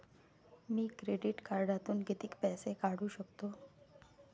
मी credit कार्डातून किती पैसे काढू शकतो?